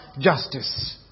justice